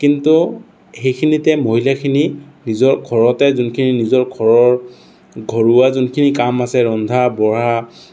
কিন্তু সেইখিনিতে মহিলাখিনি নিজৰ ঘৰতে যোনখিনি নিজৰ ঘৰৰ ঘৰুৱা যোনখিনি কাম আছে ৰন্ধা বঢ়া